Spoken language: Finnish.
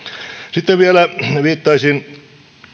sitten vielä viittaisin